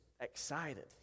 excited